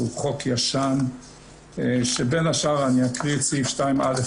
הוא חוק ישן שבין השאר אני אקריא את 2א'(ב),